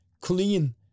clean